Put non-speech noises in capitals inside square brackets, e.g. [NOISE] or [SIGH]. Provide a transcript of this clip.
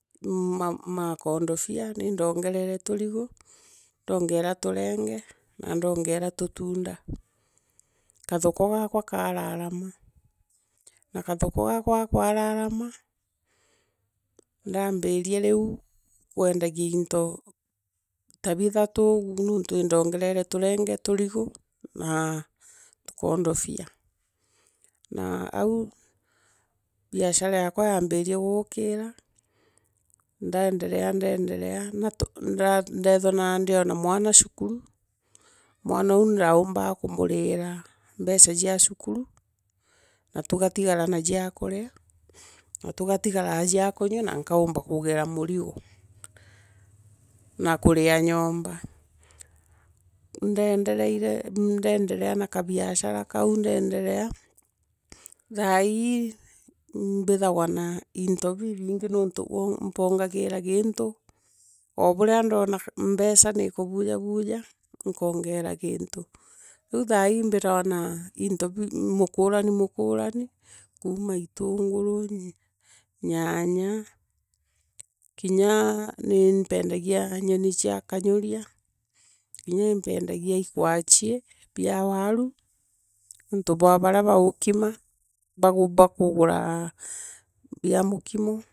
Eeje agure kingi nontu bwa kiu [HESITATION] rimwe igita ria ta riria ugwite thoko ycia oomo. rimwe nikwithagwa na mathira kinya ma rukiri ria bugwito nontu kwi rio ibindo bwita thao buume ruuriri tene, na ti tene iinkaini tene ya thao kenda ta jiu utukui kenda bugiira kamurigo. nonto ngari ira igukamatana ii keda bukinya thoko riria arimi beko. kendaa. ukinya tone. Riu nii kwithawa na [HESITATION] ninii changamoto au nonto bwa akwithwaa nkimya nwite kinya tena mono. Ona thoko yaku inderalaga muntu eete tere kenda wathanira na into biraa biii bia arimi. Nontu gintu kia murimi ti umwe na kia vu wa gatigati uu ugurite kuma kii murimi kirito kia murimi kethagwa na mbeca. na fiaida iimbega aukira gintu kia kiaa uou wa gatigati. Gikurukirite njaumo ila broker riu gintu tokio nigotethegia.